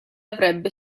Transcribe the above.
avrebbe